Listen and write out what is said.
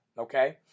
Okay